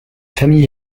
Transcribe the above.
famille